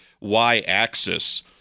y-axis